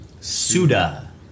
Suda